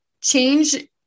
change